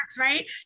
right